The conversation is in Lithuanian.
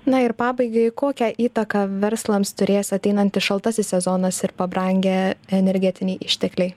na ir pabaigai kokią įtaką verslams turės ateinantis šaltasis sezonas ir pabrangę energetiniai ištekliai